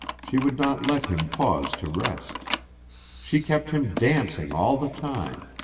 she would not let him pause to rest she kept him dancing all the time,